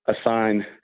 assign